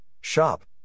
shop